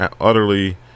utterly